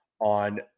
on